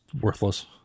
worthless